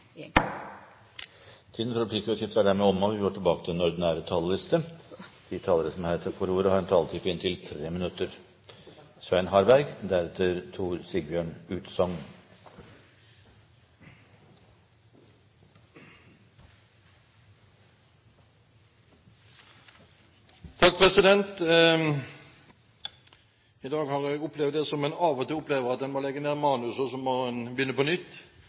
er dermed omme. De talere som heretter får ordet, har en taletid på inntil 3 minutter. I dag har jeg opplevd det man av og til opplever, at man må legge ned manus og begynne på nytt,